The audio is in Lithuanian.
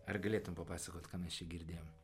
ar galėtum papasakot ką mes čia girdėjom